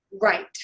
Right